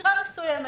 בשגרה מסוימת.